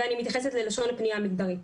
ואני מתייחסת ללשון הפנייה המגדרית.